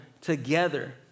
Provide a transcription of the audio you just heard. together